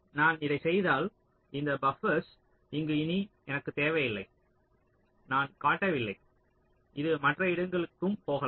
நான் இதைச் செய்தால் இந்த பப்பர்ஸ் இங்கு இனி எனக்குத் தேவையில்லை நான் காட்டவில்லை இது மற்ற இடங்களுக்கும் போகலாம்